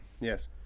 Yes